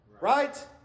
Right